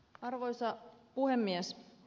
arvoisa puhemies